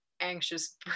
anxious